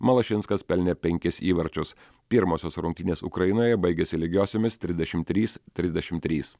malašinskas pelnė penkis įvarčius pirmosios rungtynės ukrainoje baigėsi lygiosiomis trisdešimt trys trisdešimt trys